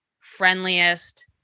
friendliest